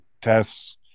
tests